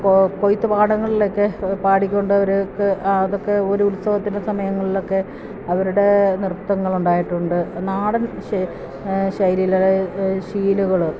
കൊയ്ത്തുപാടങ്ങളിലൊക്കെ പാടിക്കൊണ്ട് അവരൊക്കെ അതൊക്കെ ഒരു ഉത്സവത്തിൻ്റെ സമയങ്ങളിലൊക്കെ അവരുടെ നൃത്തങ്ങളുണ്ടായിട്ടുണ്ട് നാടൻ ശീലുകള്